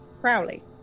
Crowley